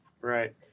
Right